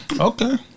okay